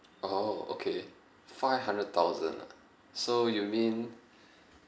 oh okay five hundred thousand ah so you mean